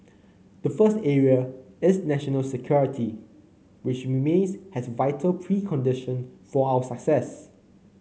the first area is national security which remains has vital precondition for our success